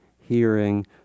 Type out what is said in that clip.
hearing